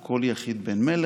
או כל יחיד בן מלך,